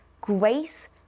grace